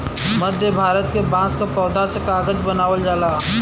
मध्य भारत के बांस क पौधा से कागज बनावल जाला